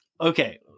okay